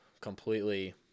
completely –